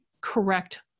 correct